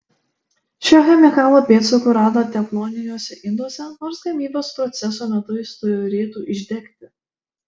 šio chemikalo pėdsakų rado tefloniniuose induose nors gamybos proceso metu jis turėtų išdegti